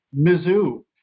Mizzou